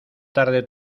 tarde